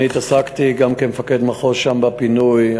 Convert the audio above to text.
אני התעסקתי גם כמפקד מחוז שם בפינוי.